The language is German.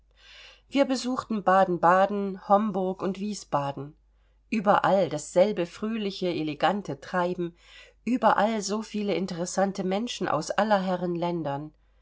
wir besuchten baden-baden homburg und wiesbaden überall dasselbe fröhliche elegante treiben überall so viele interessante menschen aus aller herren ländern